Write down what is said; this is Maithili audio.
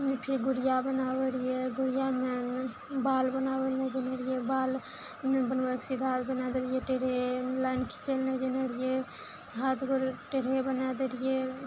फिर गुड़िया बनाबय रहियइ गुड़ियामे बाल बनाबय नहि जने रहियइ बाल बनबयके सीधा बना देलियइ टेढ़े लाइन खीचय लए नहि जानय रहियइ हाथ गोर टेढ़े बना देलियइ